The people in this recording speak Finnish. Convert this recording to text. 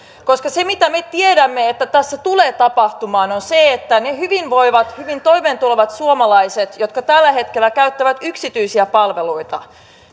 koska se mitä me tiedämme että tässä tulee tapahtumaan on se että niiden hyvinvoivien hyvin toimeentulevien suomalaisten jotka tällä hetkellä käyttävät yksityisiä palveluita